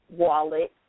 wallet